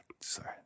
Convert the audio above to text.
sorry